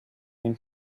and